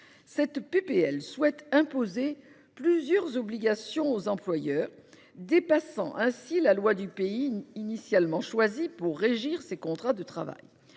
de loi impose plusieurs obligations aux employeurs, dépassant ainsi la loi du pays initialement choisi pour régir ses contrats de travail.